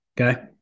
Okay